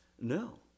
no